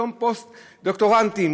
אותם פוסט-דוקטורנטים,